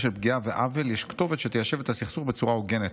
של פגיעה ועוול יש כתובת שתיישב את הסכסוך בצורה הוגנת.